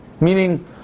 Meaning